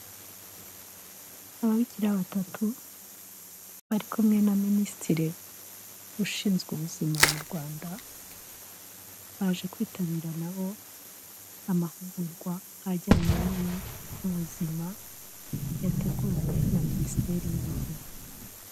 Ababikira batatu bari kumwe na minisitiri ushinzwe ubuzima mu Rwanda, baje kwitabira nabo, amahugurwa ajyanye n'ubuzima yateguwe na minisiteri y'ubuzima.